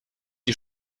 die